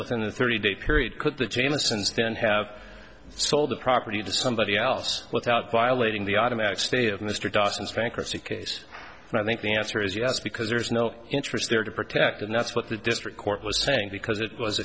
within the thirty day period could the jamieson's then have sold the property to somebody else without violating the automatic stay of mr dawson's bankruptcy case and i think the answer is yes because there's no interest there to protect and that's what the district court was saying because it was